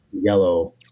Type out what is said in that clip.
yellow